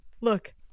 Look